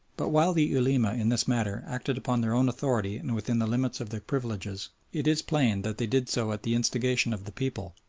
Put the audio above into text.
but while the ulema in this matter acted upon their own authority and within the limits of their privileges, it is plain that they did so at the instigation of the people,